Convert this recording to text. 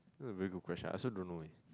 a very good question I also don't know eh